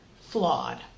flawed